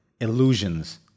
illusions